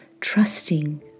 trusting